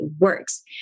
works